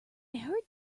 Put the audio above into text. heard